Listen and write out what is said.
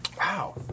Wow